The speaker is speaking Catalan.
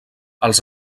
els